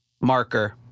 marker